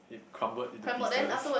it crumbled into pieces